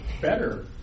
better